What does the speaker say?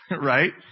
right